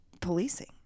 policing